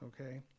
Okay